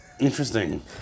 Interesting